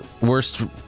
worst